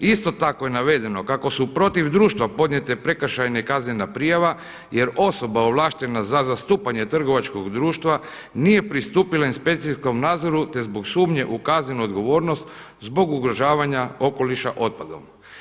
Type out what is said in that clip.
Isto tako je navedeno kako su protiv društva podnijete prekršajna i kaznena prijava jer osoba ovlaštena za zastupanje trgovačkog društva nije pristupila inspekcijskom nadzoru te zbog sumnje u kaznenu odgovornost zbog ugrožavanja okoliša otpadom.